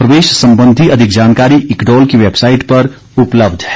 प्रवेश संबंधी अधिक जानकारी इक्डोल की वैबसाईट पर उपलब्ध है